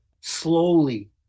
slowly